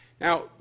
Now